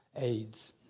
AIDS